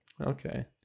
okay